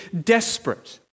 desperate